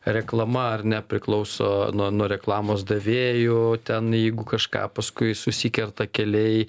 reklama ar ne priklauso nuo nuo reklamos davėjų ten jeigu kažką paskui susikerta keliai